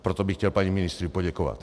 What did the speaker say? Proto bych chtěl paní ministryni poděkovat.